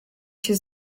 się